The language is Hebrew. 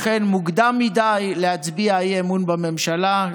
לכן מוקדם מדי להצביע אי-אמון בממשלה.